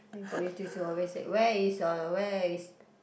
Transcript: then Kok-Yew 舅舅 always say where is your where is